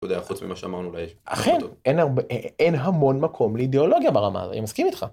אתה יודע, חוץ ממה שאמרנו, אולי יש. אכן, אין המון מקום לאידיאולוגיה ברמה הזאת, אני מסכים איתך.